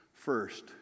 first